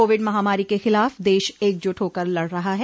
Covid महामारी के खिलाफ देश एकजुट होकर लड़ रहा है